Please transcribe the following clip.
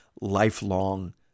lifelong